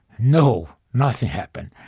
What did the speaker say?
no. nothing happened.